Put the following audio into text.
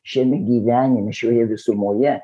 šiame gyvenime šioje visumoje